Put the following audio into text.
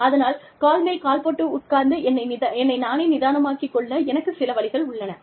அதனால் கால் மேல் கால் போட்டு உட்கார்ந்து என்னை நானே நிதானமாக்கி கொள்ள எனக்கு சில வழிகள் உள்ளன